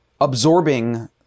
absorbing